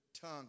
tongue